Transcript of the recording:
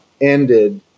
ended